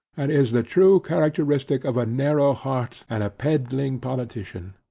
and is the true characteristic of a narrow heart and a pedling politician.